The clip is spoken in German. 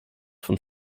von